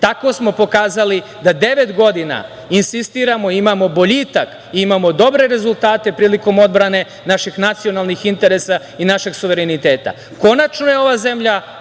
smo pokazali da devet godina insistiramo, imamo boljitak, imamo dobre rezultate prilikom odbrane naših nacionalnih interesa i našeg suvereniteta. Konačno je ova zemlja